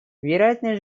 вероятность